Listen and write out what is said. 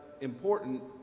important